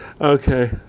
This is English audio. okay